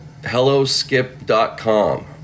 helloskip.com